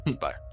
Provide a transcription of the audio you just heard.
Bye